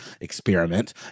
experiment